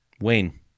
Wayne